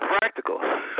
practical